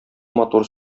матур